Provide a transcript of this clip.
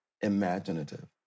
imaginative